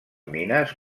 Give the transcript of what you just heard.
mines